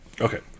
Okay